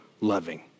loving